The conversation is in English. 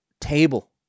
table